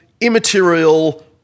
immaterial